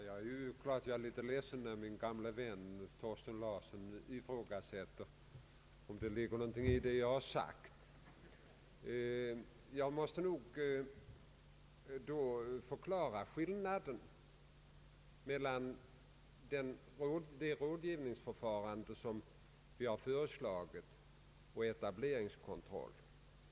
Herr talman! Jag är litet ledsen över att min gamle vän Thorsten Larsson ifrågasätter om det ligger någonting i det jag har sagt. Jag måste av den anledningen kanske förklara skillnaden mellan det rådgivningsförfarande som vi har föreslagit och etableringskontroll.